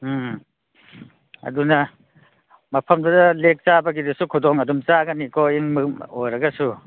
ꯎꯝ ꯑꯗꯨꯅ ꯃꯐꯝꯗꯨꯗ ꯂꯦꯛ ꯆꯥꯕꯒꯤꯗꯨꯁꯨ ꯈꯨꯗꯣꯡ ꯑꯗꯨꯝ ꯆꯥꯒꯅꯤꯀꯣ ꯏꯪꯕ ꯑꯣꯏꯔꯒꯁꯨ